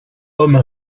homme